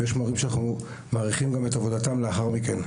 ויש מורים שאנחנו מעריכים גם את עבודתם לאחר מכן.